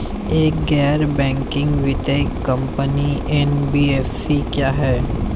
एक गैर बैंकिंग वित्तीय कंपनी एन.बी.एफ.सी क्या है?